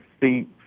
see